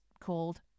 called